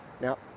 Now